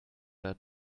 that